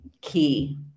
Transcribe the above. key